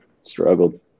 struggled